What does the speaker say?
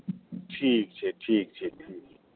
ठीक छै ठीक छै ठीक छै